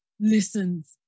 listens